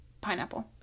pineapple